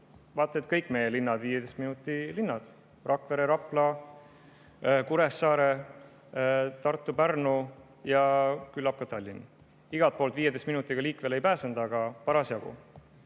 vaata et kõik meie linnad 15 minuti linnad: Rakvere, Rapla, Kuressaare, Tartu, Pärnu ja küllap ka Tallinn. Igalt poolt 15 minutiga liikvele ei pääsenud, aga parasjagu.